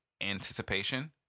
anticipation